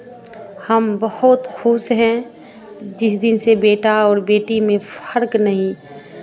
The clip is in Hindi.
हम बहुत खुश हैं जिस दिन से बेटा और बेटी में फ़र्क नहीं